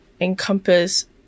encompass